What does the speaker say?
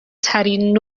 ترین